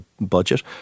budget